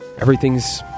everything's